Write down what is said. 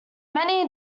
many